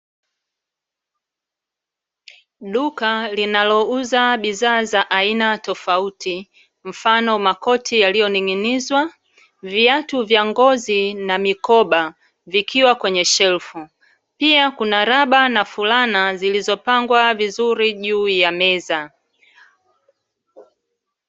Duka linalouza bidhaa za aina tofauti, mfano makoti yaliyoning'inizwa, viatu vya ngozi na mikoba. Vikiwa kwenye shelfu, pia kuna raba na fulana zilizopangwa vizuri juu ya meza.